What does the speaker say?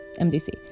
MDC